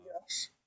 yes